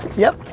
yep?